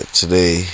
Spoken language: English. today